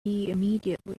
immediately